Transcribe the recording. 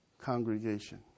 congregation